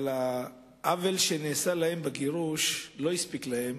אבל העוול שנעשה להם בגירוש לא הספיק להם,